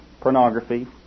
pornography